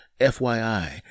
FYI